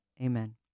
Amen